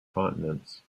continents